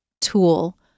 tool